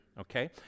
okay